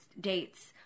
dates